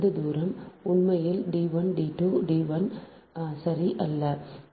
இந்த தூரம் உண்மையில் d 1 d 2 d 1 சரி அல்ல